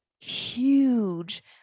huge